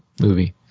movie